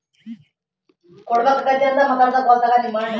ಯಾವ ಪ್ರಾಣಿಯ ಗೊಬ್ಬರದಾಗ ಸಾರಜನಕ ಮತ್ತ ಸಸ್ಯಕ್ಷಾರ ಭಾಳ ಪ್ರಮಾಣದಲ್ಲಿ ಇರುತೈತರೇ?